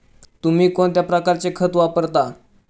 तुम्ही कोणत्या प्रकारचे खत वापरता?